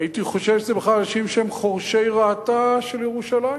הייתי חושב שזה בכלל אנשים שהם חורשי רעתה של ירושלים.